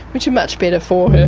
which are much better for her.